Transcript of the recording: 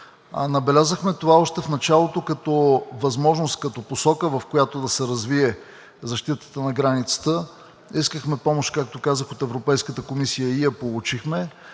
Набелязахме това още в началото като възможност, като посока, в която да се развие защитата на границата. Искахме помощ, както казах, от Европейската комисия и я получихме.